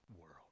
world